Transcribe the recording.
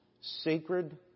sacred